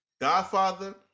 Godfather